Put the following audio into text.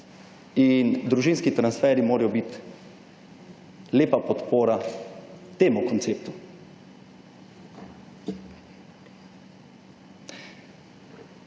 in družinski transferji morajo biti lepa podpora temu konceptu.